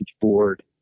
board